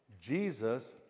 Jesus